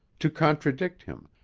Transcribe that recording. to contradict him,